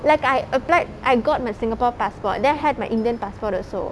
like I applied I got my singapore passport then I had my indian passport also